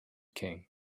king